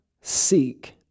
seek